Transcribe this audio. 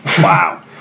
Wow